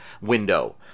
window